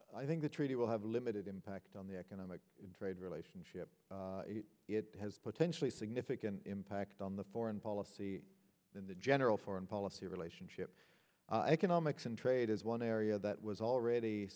i think the treaty will have a limited impact on the economic trade relationship it has potentially significant impact on the foreign policy in the general foreign policy relationship economics and trade is one area that was already